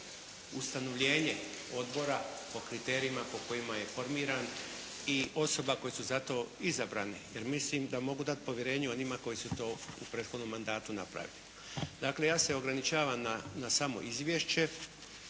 ustanovljenje odbora po kriterijima po kojima je formiran i osoba koje su za to izabrane jer mislim da mogu dati povjerenje onima koji su to u prethodnom mandatu napravili. Dakle, ja se ograničavam na samo izvješće